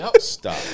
Stop